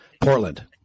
Portland